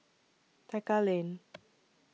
Tekka Lane